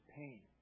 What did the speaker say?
pain